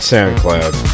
SoundCloud